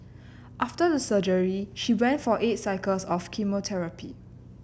after the surgery she went for eight cycles of chemotherapy